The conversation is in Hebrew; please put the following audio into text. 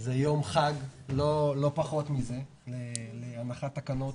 זה יום חג, לא פחות מזה, להנחת תקנות,